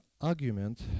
argument